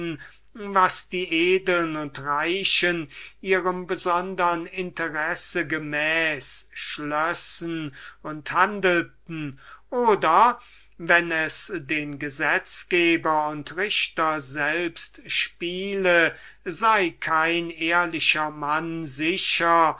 was die edeln und reichen ihrem besondern interesse gemäß schlössen und handelten oder wenn das volk selbst den gesetzgeber und richter mache kein ehrlicher mann sicher